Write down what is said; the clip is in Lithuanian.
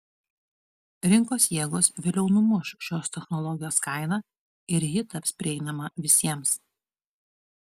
rinkos jėgos vėliau numuš šios technologijos kainą ir ji taps prieinama visiems